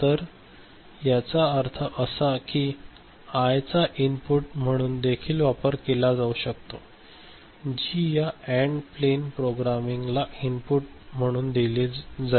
तर याचा अर्थ असा की या आय चा इनपुट म्हणून देखील वापर केला जाऊ शकतो जी या अँड प्लेन प्रोग्रामिंग ला इनपुट म्हणून दिले जाईल